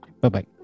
Bye-bye